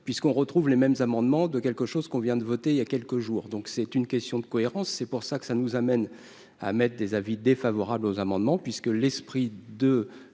puisqu'on retrouve les mêmes amendements de quelque chose qu'on vient de voter, il y a quelques jours, donc c'est une question de cohérence, c'est pour ça que ça nous amène à mettre des avis défavorable aux amendements puisque l'esprit de